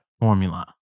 formula